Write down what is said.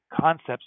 concepts